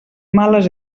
males